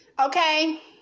Okay